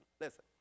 listen